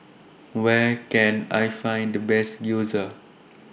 Where Can I Find The Best Gyoza